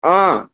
অঁ